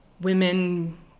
women